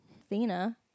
Athena